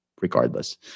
regardless